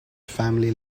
family